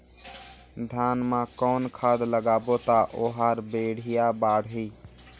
धान मा कौन खाद लगाबो ता ओहार बेडिया बाणही?